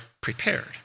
prepared